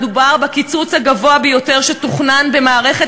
מדובר בקיצוץ הגדול ביותר שתוכנן במערכת